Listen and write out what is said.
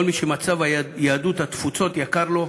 כל מי שמצב יהדות התפוצות יקר לו,